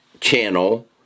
channel